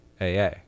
AA